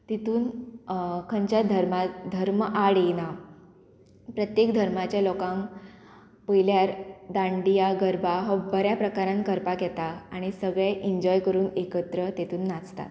तितून खंयच्या धर्म धर्म आड येयना प्रत्येक धर्माच्या लोकांक पयल्यार दांडिया गरबा हो बऱ्या प्रकारान करपाक येता आनी सगळें इन्जॉय करून एकत्र तितून नाचतात